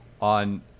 on